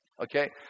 Okay